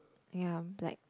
ya but like